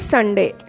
Sunday